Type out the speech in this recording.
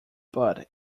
but